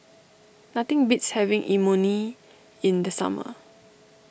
nothing beats having Imoni in the summer